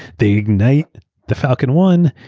they ignite the falcon one.